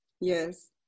Yes